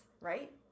right